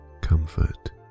comfort